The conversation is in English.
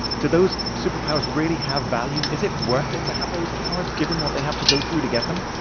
do those superpowers really have value? is it worth it to have those powers, given what they have to go through to get them?